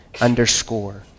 underscore